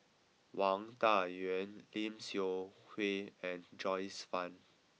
Wang Dayuan Lim Seok Hui and Joyce Fan